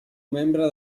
membre